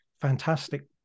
fantastic